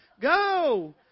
go